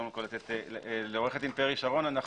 עורכת הדין פרי שרון,